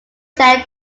said